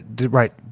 right